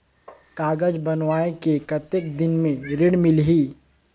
कागज बनवाय के कतेक दिन मे ऋण मिलही?